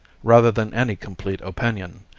rather than any complete opinion,